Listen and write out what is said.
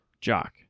Jock